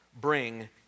bring